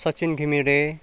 Sachin Ghimire